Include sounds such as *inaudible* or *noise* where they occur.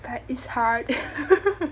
but it's hard *laughs*